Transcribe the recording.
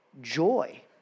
joy